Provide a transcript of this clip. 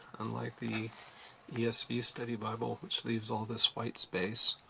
unlike the the esv study bible, which leaves all this white space.